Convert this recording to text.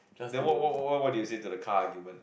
then what what what what what do you say to the car argument